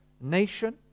nation